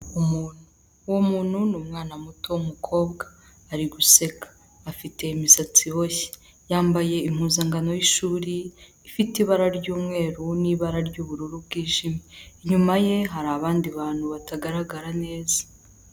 Umuntu, uwo umuntu n'umwana muto w'umukobwa. Ari guseka afite imisatsi iboshye, yambaye impuzankano y'ishuri. Ifite ibara ry'umweru n'ibara ry'ubururu bwijimye, inyuma ye hari abandi bantu batagaragara neza.